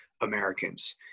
Americans